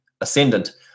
ascendant